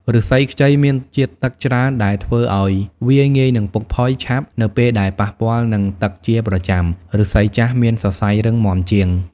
ឫស្សីខ្ចីមានជាតិទឹកច្រើនដែលធ្វើឲ្យវាងាយនឹងពុកផុយឆាប់នៅពេលដែលប៉ះពាល់នឹងទឹកជាប្រចាំ ឫស្សីចាស់មានសរសៃរឹងមាំជាង។